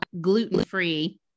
gluten-free